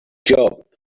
job